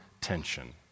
tension